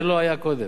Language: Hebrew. זה לא היה קודם.